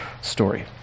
story